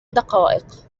دقائق